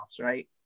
right